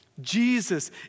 Jesus